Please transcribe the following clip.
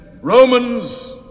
romans